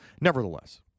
Nevertheless